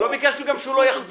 לא ביקשנו גם שהוא לא יחזיר.